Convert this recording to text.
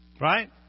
Right